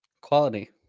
Quality